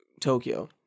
Tokyo